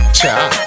Cha